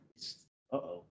Uh-oh